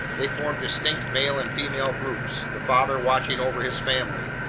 they formed distinct male-and-female groups, the father watching over his family,